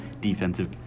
defensive